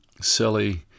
silly